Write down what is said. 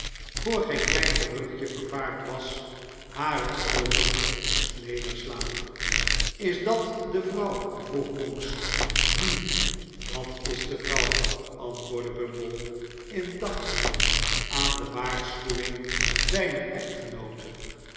voor geen klein geruchtje vervaard was hare oogen moest nederslaan is dat de vrouw vroeg monks hm dat is de vrouw antwoordde bumble indachtig aan de waarschuwing zijner echtgenoote